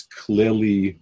clearly